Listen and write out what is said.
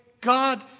God